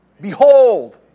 Behold